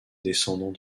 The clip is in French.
descendants